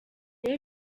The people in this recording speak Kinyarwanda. iwe